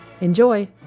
Enjoy